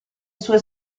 sue